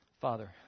father